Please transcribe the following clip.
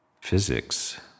physics